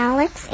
Alex